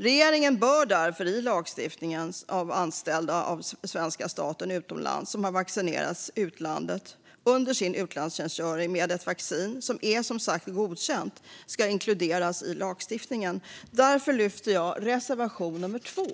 Regeringen bör därför i lagstiftningen inkludera personer som är anställda av svenska staten och som har vaccinerats i utlandet under utlandstjänstgöring med ett vaccin som vid tidpunkten för vaccinering var godkänt i Sverige. Därför yrkar jag bifall till reservation 2.